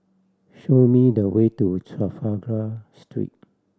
show me the way to Trafalgar Street